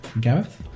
Gareth